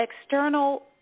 external